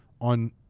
on